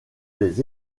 des